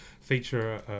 feature